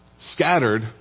scattered